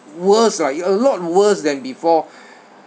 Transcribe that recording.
worse lah a lot worse than before